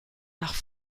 nach